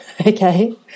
okay